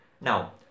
Now